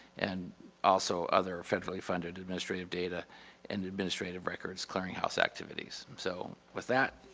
and also other federally funded administrative data and administrative records clearinghouse activities. so with that,